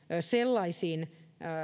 sellaisiin